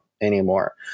anymore